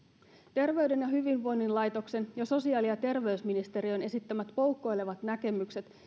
terveyden ja hyvinvoinnin laitoksen ja sosiaali ja terveysministeriön esittämät poukkoilevat näkemykset